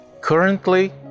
currently